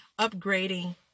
upgrading